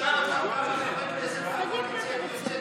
של נעליך מעל רגליך.